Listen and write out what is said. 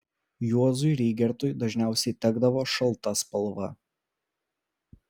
juozui rygertui dažniausiai tekdavo šalta spalva